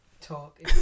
talk